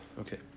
Okay